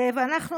אנחנו,